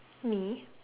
me